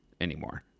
anymore